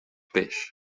peix